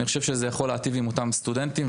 זה יכול להיטיב עם אותם סטודנטים,